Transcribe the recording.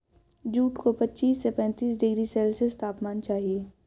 jute को पच्चीस से पैंतीस डिग्री सेल्सियस तापमान चाहिए